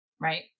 right